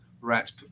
Rats